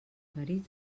ferits